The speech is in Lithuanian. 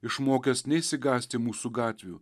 išmokęs neišsigąsti mūsų gatvių